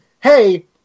hey